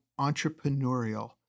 entrepreneurial